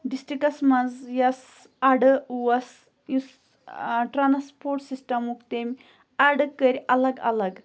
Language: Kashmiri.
ڈِسٹرکَس منٛز یۄس اَڈٕ اوس یُس ٹرٛانَسپوٹ سِسٹَمُک تٔمۍ اَڈٕ کٔرۍ الگ الگ